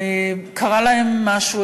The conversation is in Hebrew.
קרה להם משהו,